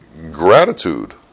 gratitude